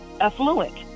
affluent